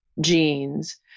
genes